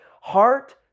heart